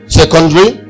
secondary